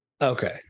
Okay